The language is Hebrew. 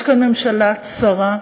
יש כאן ממשלה צרה,